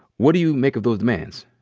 what do you make of those demands?